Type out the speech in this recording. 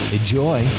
Enjoy